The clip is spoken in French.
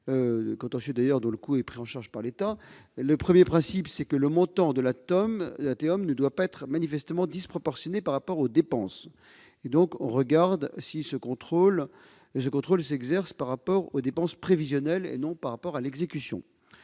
de ces principes est que le montant de la TEOM ne doit pas être manifestement disproportionné par rapport aux dépenses ; ce contrôle s'exerce par rapport aux dépenses prévisionnelles et non par rapport à l'exécution.